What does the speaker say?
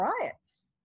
riots